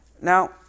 Now